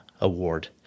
Award